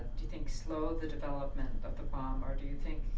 do you think, slowed the development of the bomb? or do you think